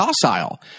docile